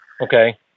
Okay